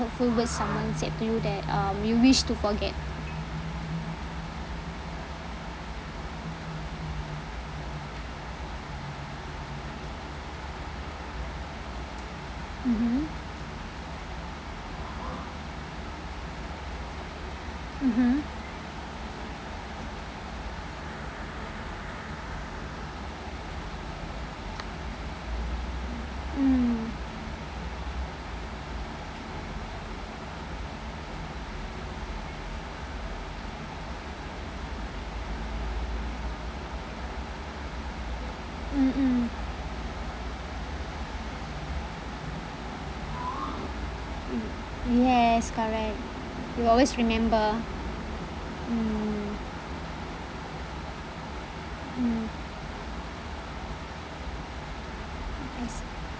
hurtful words someone said to you that um you wish to forget mmhmm mmhmm mm mm mm yes correct you'll always remember mm mm yes